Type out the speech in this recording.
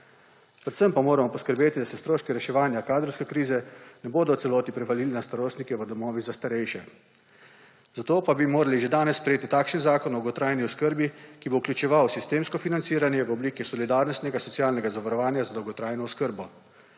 Predvsem pa moramo poskrbeti, da se stroški reševanja kadrovske krize ne bodo v celoti prevalili na starostnike v domovih za starejše. Zato pa bi morali že danes sprejeti takšen Zakon o dolgotrajni oskrbi, ki bo vključeval sistemsko financiranje v obliki solidarnostnega socialnega zavarovanja za dolgotrajno oskrbo.